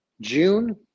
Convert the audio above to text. June